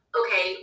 okay